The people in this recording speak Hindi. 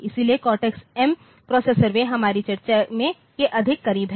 इसलिए कोर्टेक्स एम प्रोसेसर वे हमारी चर्चा के अधिक करीब हैं